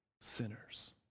sinners